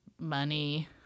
money